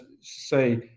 say